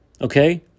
Okay